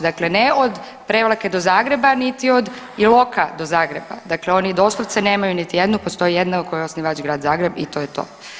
Dakle, ne od Prevlake do Zagreba niti od Iloka do Zagreba, dakle oni doslovce nemaju niti jednu, postoji jedna u kojoj je osnivač Grad Zagreb i to je to.